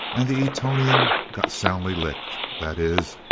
and the etonian got soundly licked that is,